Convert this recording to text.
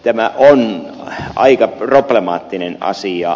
tämä on aika problemaattinen asia